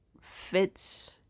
fits